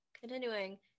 continuing